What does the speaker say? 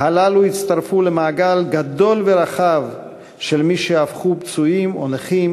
הללו הצטרפו למעגל גדול ורחב של מי שהפכו פצועים או נכים.